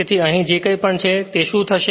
તેથી અહીં જે કંઈપણ છે તે શું થશે